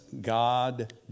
God